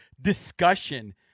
discussion